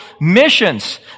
missions